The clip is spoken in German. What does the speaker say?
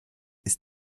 ist